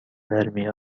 درمی